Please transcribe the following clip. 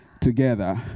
together